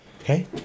okay